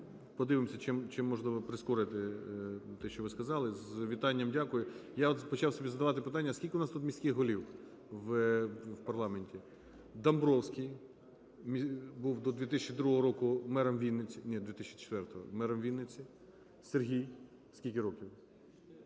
Подивимося, чим можливо прискорити те, що ви сказали. З вітанням дякую. Я от почав собі задавати питання: скільки у нас тут міських голів в парламенті? Домбровський був до 2002 року мером Вінниці, ні, до 2004-го, мером Вінниці. Сергій, скільки років?